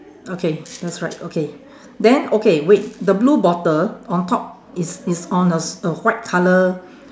okay that's right okay then okay wait the blue bottle on top is is on a s~ a white colour